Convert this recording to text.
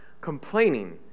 complaining